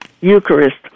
Eucharist